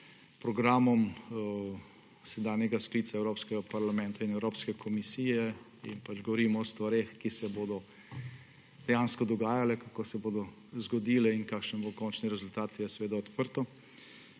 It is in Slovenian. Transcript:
programom sedanjega sklica Evropskega parlamenta in Evropske komisije in govorimo o stvareh, ki se bodo dejansko dogajale, kako se bodo zgodile in kakšen bo končni rezultat, je seveda odprto.